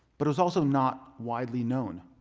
but it is also not widely known.